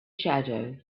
shadow